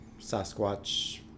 sasquatch